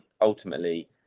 ultimately